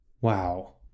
Wow